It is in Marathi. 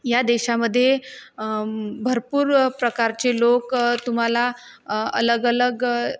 या देशामध्ये भरपूर प्रकारचे लोक तुम्हाला अलगअलग